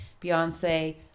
Beyonce